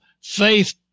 faith